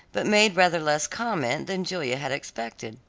but made rather less comment than julia had expected.